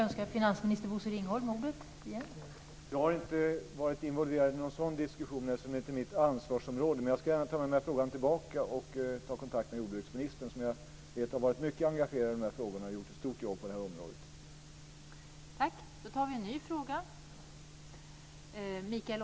Fru talman! Jag har inte varit involverad i någon sådan diskussion eftersom det inte är mitt ansvarsområde. Men jag ska gärna ta med mig frågan tillbaka och ta kontakt med jordbruksministern. Jag vet att hon har varit mycket engagerad i de här frågorna och gjort ett stort jobb på det här området.